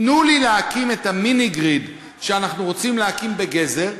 תנו לי להקים את המיני-גריד שאנחנו רוצים להקים בגזר,